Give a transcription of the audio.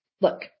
look